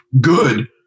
good